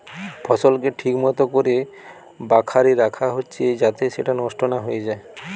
ফসলকে ঠিক মতো কোরে বাখারে রাখা হচ্ছে যাতে সেটা নষ্ট না হয়ে যায়